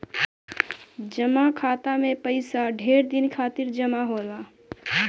जमा खाता मे पइसा ढेर दिन खातिर जमा होला